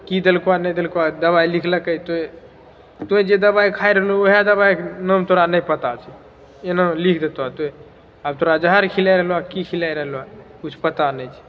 की देलकौ नहि देलकौ दबाइ लिखलकै तोइ तोइ जे दबाइ खाय रहलहुँ ओएह दबाइके नाम तोरा नहि पता छऽ ओ नाम लिख देतौ तोइ आब तोरा जहर खिला रहल हँ की खिला रहल हँ किछु पता नहि छै